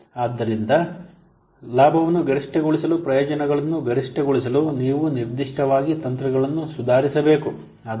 ಆದ್ದರಿಂದ ಲಾಭವನ್ನು ಗರಿಷ್ಠಗೊಳಿಸಲು ಪ್ರಯೋಜನವನ್ನು ಗರಿಷ್ಠಗೊಳಿಸಲು ನೀವು ನಿರ್ದಿಷ್ಟವಾಗಿ ತಂತ್ರಗಳನ್ನು ಸುಧಾರಿಸಬೇಕು